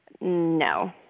No